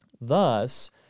Thus